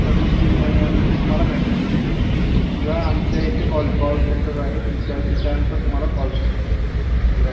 आणि त्यानंतर मग तीन महिन्यांनी तुम्हाला मॅसेजेस येतील किंवा आमच्या इथे कॉल कॉल सेंटर आहे तुमच्या त्यानुसार तुम्हाला कॉलसुद्धा येतील